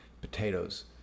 potatoes